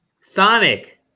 Sonic